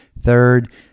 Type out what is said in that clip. Third